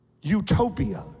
Utopia